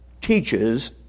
teaches